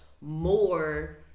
more